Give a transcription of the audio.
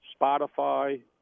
Spotify